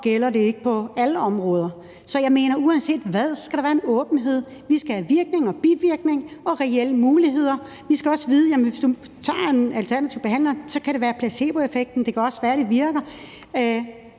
gælder det ikke på alle områder? Jeg mener, at uanset hvad skal der være en åbenhed. Vi skal have virkninger, bivirkninger og reelle muligheder lagt frem. Vi skal også vide, at hvis vi tager en alternativ behandler, kan det være placeboeffekten – det kan også være, det virker.